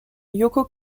yoko